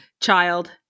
child